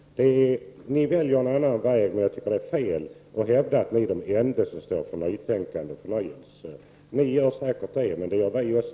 Ni väljer en annan väg — men det är fel att hävda att ni är de enda som står för nytänkande och förnyelse i dessa frågor. Ni gör säkert det, men det gör vi också.